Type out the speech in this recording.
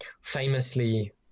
famously